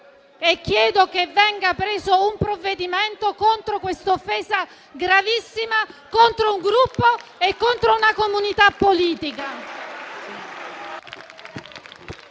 e chiedo che venga preso un provvedimento contro un'offesa gravissima contro un Gruppo e contro una comunità politica.